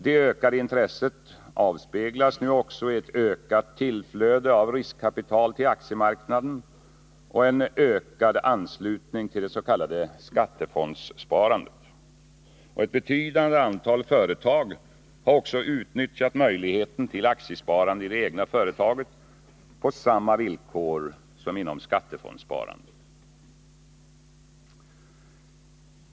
Det ökade intresset avspeglas nu också i ett ökat tillflöde av riskkapital till aktiemarknaden och en ökad anslutning till det s.k. skattefondssparandet. Ett betydande antal företag har också utnyttjat möjligheten till aktiesparande i det egna företaget på samma villkor som inom skattefondssparandet.